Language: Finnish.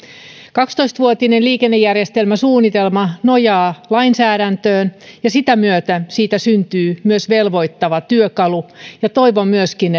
kaksitoista vuotinen liikennejärjestelmäsuunnitelma nojaa lainsäädäntöön ja sitä myötä siitä syntyy myös velvoittava työkalu toivon myöskin